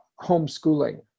homeschooling